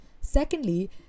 Secondly